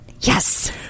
Yes